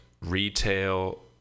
retail